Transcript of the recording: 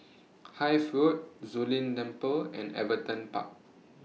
Hythe Road Zu Lin Temple and Everton Park